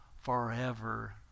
forever